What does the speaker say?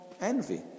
envy